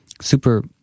super